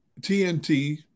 TNT